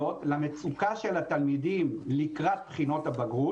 למצוקה של התלמידים לקראת בחינות הבגרות.